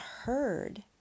heard